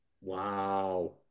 wow